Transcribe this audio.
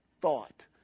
thought